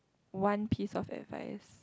one piece of advice